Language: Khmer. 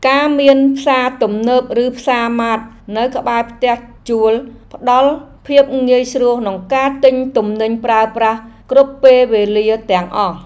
ការមានផ្សារទំនើបឬផ្សារម៉ាតនៅក្បែរផ្ទះជួលផ្តល់ភាពងាយស្រួលក្នុងការទិញទំនិញប្រើប្រាស់គ្រប់ពេលវេលាទាំងអស់។